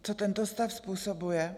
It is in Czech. Co tento stav způsobuje?